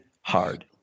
hard